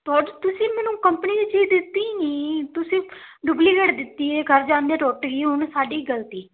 ਤੁਸੀਂ ਮੈਨੂੰ ਕੰਪਨੀ ਦੀ ਚੀਜ਼ ਦਿੱਤੀ ਨਹੀਂ ਤੁਸੀਂ ਡੁਪਲੀਕੇਟ ਦਿੱਤੀ ਹੈ ਘਰ ਜਾਂਦੇ ਟੁੱਟ ਗਈ ਹੁਣ ਸਾਡੀ ਗਲਤੀ